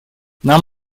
нам